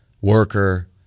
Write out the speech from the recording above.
worker